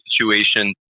situation